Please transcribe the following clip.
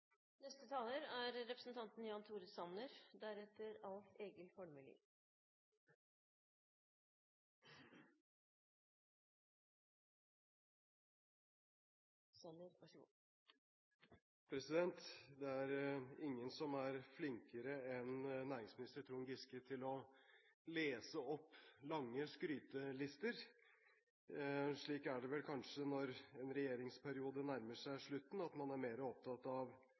Det er ingen som er flinkere enn næringsminister Trond Giske til å lese opp lange skrytelister. Slik er det vel kanskje når en regjeringsperiode nærmer seg slutten, at man er mer opptatt av